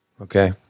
Okay